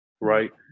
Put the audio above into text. right